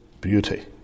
beauty